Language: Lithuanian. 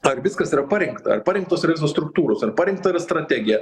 ar viskas yra parengta ar parengtos yra visos struktūros ar parengta yra strategija